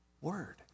word